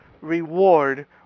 reward